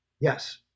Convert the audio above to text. yes